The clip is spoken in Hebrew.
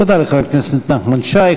תודה לחבר הכנסת נחמן שי.